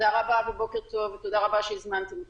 בוקר טוב, ותודה שהזמנתם אותנו.